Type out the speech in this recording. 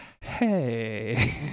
hey